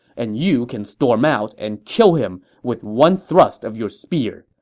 and you can storm out and kill him with one thrust of your spear,